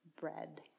bread